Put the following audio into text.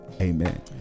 amen